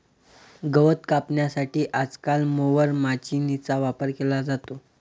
गवत कापण्यासाठी आजकाल मोवर माचीनीचा वापर केला जातो